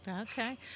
Okay